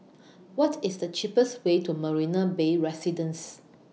What IS The cheapest Way to Marina Bay Residences